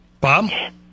Bob